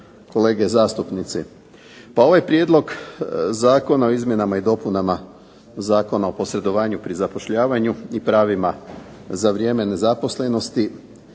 kolege zastupnici. Pa ovaj prijedlog Zakona o izmjenama i dopunama Zakona o posredovanju pri zapošljavanju i pravima za vrijeme nezaposlenosti